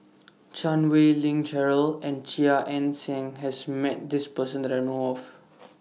Chan Wei Ling Cheryl and Chia Ann Siang has Met This Person that I know of